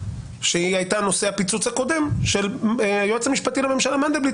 שהיא הייתה נושא הפיצוץ הקודם של היועץ המשפטי לממשלה מנדלבליט